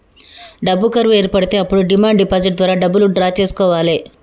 డబ్బు కరువు ఏర్పడితే అప్పుడు డిమాండ్ డిపాజిట్ ద్వారా డబ్బులు డ్రా చేసుకోవాలె